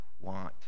want